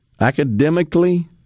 academically